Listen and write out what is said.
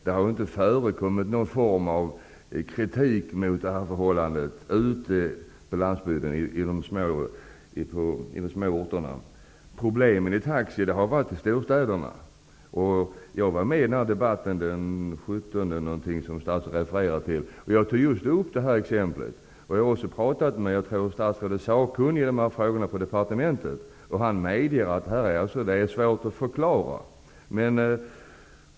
Det har inte förekommit någon kritik mot att så har skett i de små orterna ute på landsbygden. Problemen i taxinäringen har funnits i storstäderna. Jag var med i den debatt som statsrådet refererade till. Då tog jag just upp det här exemplet. Jag har också pratat med den som jag tror är statsrådets sakkunnige på departementet i de här frågorna. Han medger att detta är svårt att förklara.